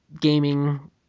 Gaming